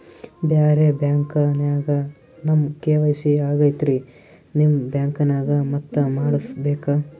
ಬ್ಯಾರೆ ಬ್ಯಾಂಕ ನ್ಯಾಗ ನಮ್ ಕೆ.ವೈ.ಸಿ ಆಗೈತ್ರಿ ನಿಮ್ ಬ್ಯಾಂಕನಾಗ ಮತ್ತ ಮಾಡಸ್ ಬೇಕ?